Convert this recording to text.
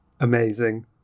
Amazing